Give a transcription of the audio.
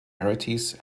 rarities